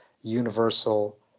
universal